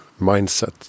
mindset